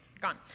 gone